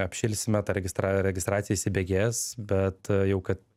apšilsime ta registra registracija įsibėgės bet jau kad